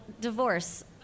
Divorce